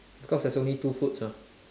because there's only two foods mah